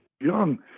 young